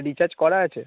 recharge করা আছে